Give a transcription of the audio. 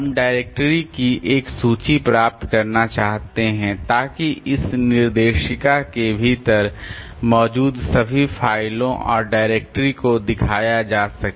हम डायरेक्टरी की एक सूची प्राप्त करना चाहते हैं ताकि इस निर्देशिका के भीतर मौजूद सभी फाइलों और डायरेक्टरी को दिखाया जा सके